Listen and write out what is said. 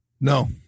No